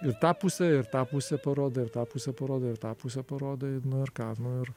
ir tą pusę ir tą pusę parodai ir tą pusę parodai ir tą pusę parodai nu ir ką nu ir